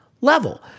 level